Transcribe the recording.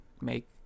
make